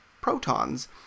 protons